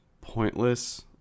pointless